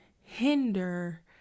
hinder